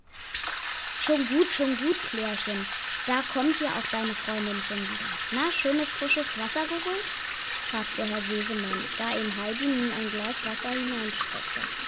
schon gut schon gut klärchen da kommt ja auch deine freundin schon wieder na schönes frisches wasser geholt fragte herr sesemann da ihm heidi nun ein glas wasser